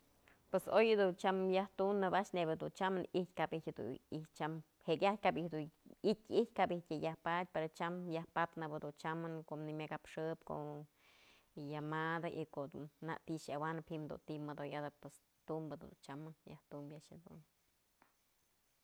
Pos oy a'ax dun yaj tunëbë a'ax nebya dun tyamënë ijtyë kap ijtyë dun tyam jekyajtë kap ijtyë dun i'ityë, i'ityë kap dun yajpadyë pero tyam yaj padnëp dun chamën ko'o nëmyakapxëb, ko'o llamada nak ti'i awanëp ji'im du ti modoyadëp tumbë dun chamë, yaj tumbyë a'ax jedun.